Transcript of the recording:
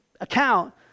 account